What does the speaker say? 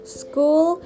school